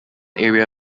area